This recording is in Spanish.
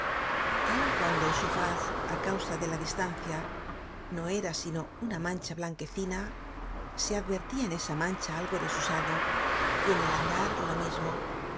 d o su faz á causa de la distancia n o era sino una m a n c h a blanquecina se advertía en esa m a n c h a algo d e s u s a d o y en el andar lo m